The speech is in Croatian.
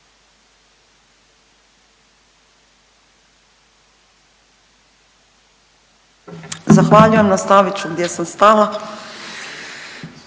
Zahvaljujem. Nastavit ću gdje sam stala.